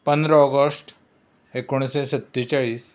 पंदरा ऑगस्ट एकोणिशें सत्तेचाळीस